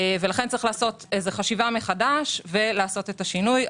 לכן צריך לעשות חשיבה מחדש ולעשות את השינוי.